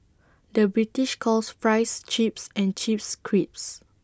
the British calls Fries Chips and Chips Crisps